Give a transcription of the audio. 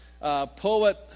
poet